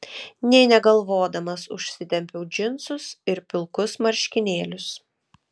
nė negalvodamas užsitempiau džinsus ir pilkus marškinėlius